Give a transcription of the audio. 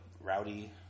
rowdy